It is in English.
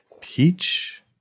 Peach